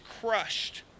crushed